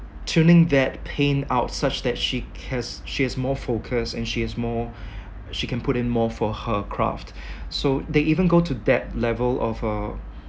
tuning that pain out such that she has she has more focus and she is more she can put in more for her craft so they even go to that level of uh